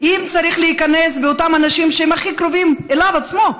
אם צריך להיכנס באותם אנשים שהם הכי קרובים אליו עצמו,